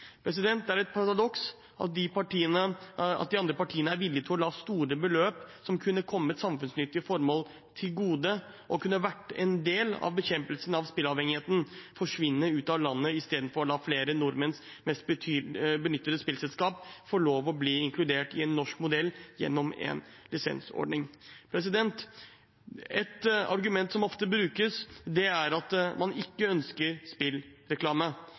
Det er et paradoks at de andre partiene er villige til å la store beløp som kunne kommet samfunnsnyttige formål til gode, og som kunne vært en del av bekjempelsen av spilleavhengigheten, forsvinne ut av landet istedenfor å la flere nordmenns mest benyttede spillselskaper få lov å bli inkludert i en norsk modell gjennom en lisensordning. Et argument som ofte brukes, er at man ikke ønsker spillreklame.